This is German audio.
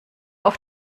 auf